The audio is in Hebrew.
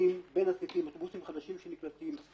אוטובוסים חדשים שנקלטים.